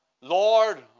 Lord